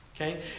Okay